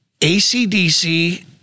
ACDC